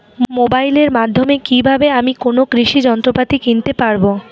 মোবাইলের মাধ্যমে কীভাবে আমি কোনো কৃষি যন্ত্রপাতি কিনতে পারবো?